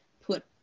put